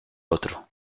otro